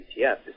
ETF